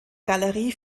galerie